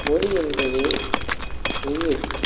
மொழி என்பது உயிர்